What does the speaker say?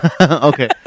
Okay